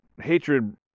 hatred